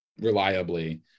reliably